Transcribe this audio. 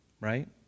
right